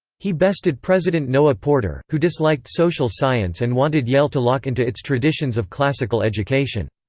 he bested president noah porter, who disliked social science and wanted yale to lock into its traditions of classical education.